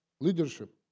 leadership